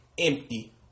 empty